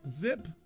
Zip